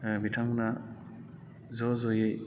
ओ बिथांमोना ज' ज'यै